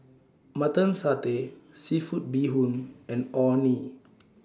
Mutton Satay Seafood Bee Hoon and Orh Nee